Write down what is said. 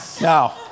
Now